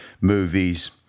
movies